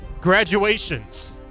graduations